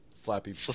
Flappy